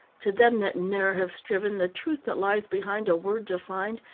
to them that ne'er have striven the truth that lies behind a word to find,